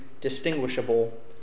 distinguishable